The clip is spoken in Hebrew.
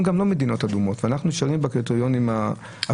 מדינות שהן לא אדומות ואנחנו נשארים בקריטריונים הקודמים.